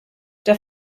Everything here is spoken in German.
der